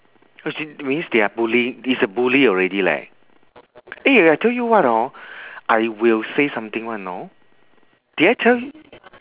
as in it means they are bully it's a bully already leh eh I tell you what hor I will say something one you know did I tell y~